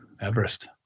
Everest